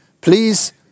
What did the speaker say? please